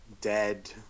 dead